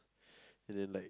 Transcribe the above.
and then like